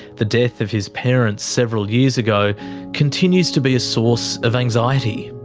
the death of his parents several years ago continues to be a source of anxiety.